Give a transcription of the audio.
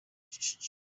nshaje